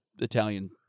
Italian